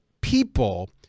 people